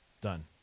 Done